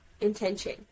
intention